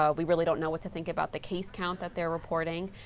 um we really don't know what to think about the case count that they're reporting.